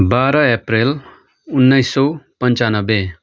बाह्र अप्रेल उन्नाइस सय पन्चानब्बे